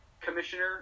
commissioner